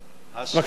בבקשה, אדוני.